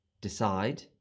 Decide